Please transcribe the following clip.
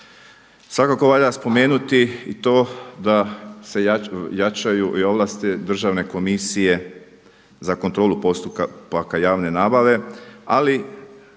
Svakako valja spomenuti i to da se jačaju ovlasti Državne komisije za kontrolu postupaka javne nabave, ali